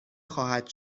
خواهد